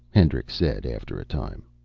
hendricks said, after a time.